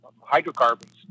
hydrocarbons